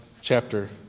chapter